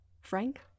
Frank